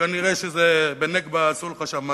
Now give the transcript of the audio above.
וכנראה בנגבה, עשו לך שם משהו.